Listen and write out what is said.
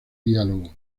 diálogo